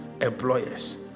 Employers